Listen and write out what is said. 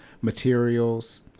materials